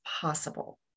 possible